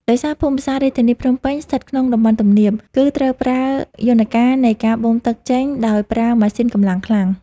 ដោយសារភូមិសាស្ត្ររាជធានីភ្នំពេញស្ថិតក្នុងតំបន់ទំនាប គឺត្រូវប្រើយន្តការនៃការបូមទឹកចេញដោយប្រើម៉ាស៊ីនកម្លាំងខ្លាំង។